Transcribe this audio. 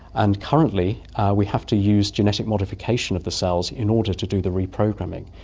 and currently we have to use genetic modification of the cells in order to do the reprogramming,